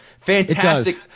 Fantastic